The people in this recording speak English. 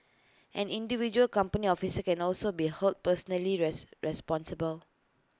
an individual company office can also be held personally responsible